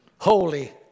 holy